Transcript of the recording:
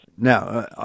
Now